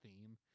theme